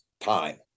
time